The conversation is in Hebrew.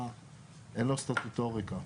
אין לו סטטוטוריקה.